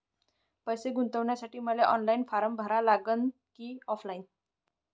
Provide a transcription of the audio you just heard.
पैसे गुंतन्यासाठी मले ऑनलाईन फारम भरा लागन की ऑफलाईन?